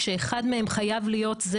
כשאחד מהם חייב להיות זה